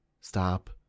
stop